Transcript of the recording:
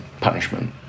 punishment